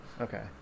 Okay